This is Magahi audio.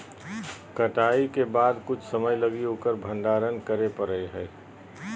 कटाई के बाद कुछ समय लगी उकर भंडारण करे परैय हइ